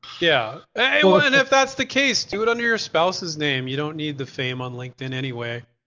yeah, and well, and if that's the case, do it under your spouse's name. you don't need the fame on linkedin anyway.